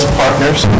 partners